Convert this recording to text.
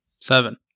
seven